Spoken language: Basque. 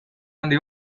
handi